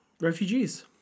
refugees